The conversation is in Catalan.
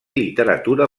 literatura